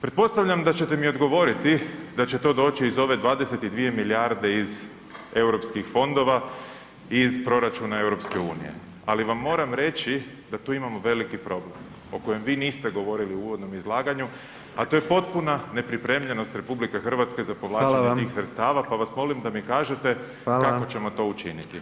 Pretpostavljam da ćete mi odgovoriti da će to doći iz ove 22 milijarde iz Europskih fondova iz proračuna EU, ali vam moram reći da tu imamo veliki problem o kojem vi niste govorili u uvodnom izlaganju, a to je potpuna nepripremljenost RH za povlačenje tih sredstava [[Upadica: Hvala vam.]] pa vas molim da mi kažete kako ćemo to učiniti.